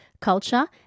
culture